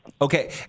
Okay